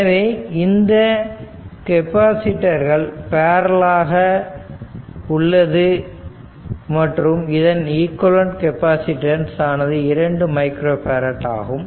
எனவே இந்த கெப்பாசிட்டர்கள் பேரலல் ஆக உள்ளது மற்றும் இதன் ஈக்விவலெண்ட் கெப்பாசிட்டன்ஸ் ஆனது 2 மைக்ரோ பேரட் ஆகும்